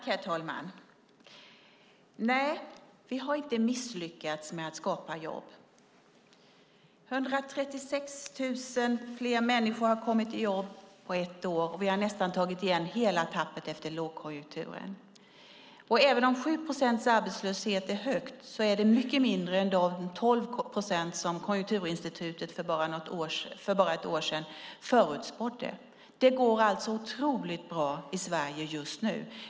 Herr talman! Nej, vi har inte misslyckats med att skapa jobb. 136 000 fler människor har kommit till jobb på ett år, och vi har nästan tagit igen hela tappet efter lågkonjunkturen. Även om 7 procents arbetslöshet är hög är den mycket mindre än de 12 procent som Konjunkturinstitutet för bara ett år sedan förutspådde. Det går alltså otroligt bra i Sverige just nu.